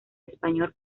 español